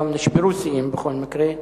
נשברו שיאים בכל מקרה.